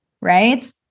Right